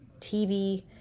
TV